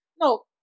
no